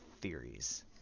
theories